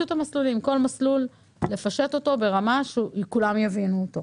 לפשט כל מסלול ברמה כזאת שכולם יבינו אותו.